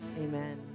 Amen